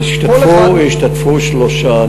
השתתפו שלושה.